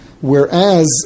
Whereas